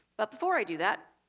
but before i do that,